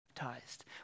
baptized